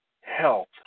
health